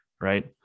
right